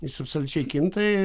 jis absoliučiai kinta